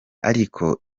ariko